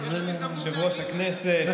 אני שואל, שיענה.